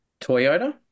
Toyota